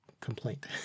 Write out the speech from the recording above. complaint